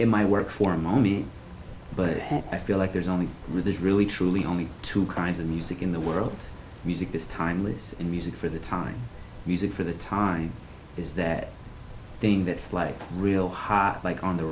in my work for money but i feel like there's only really truly only two kinds of music in the world music is timeless music for the time music for the time is that thing that's like real like on the